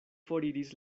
foriris